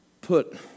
put